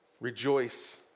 rejoice